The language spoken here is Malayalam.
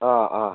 ആ ആ